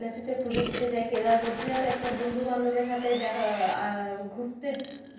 বারানসীতে পুজো দিতে যায় কেদার বদ্রীনাথে একটা বন্ধুবান্ধবের সাথে দেখা ঘুরতে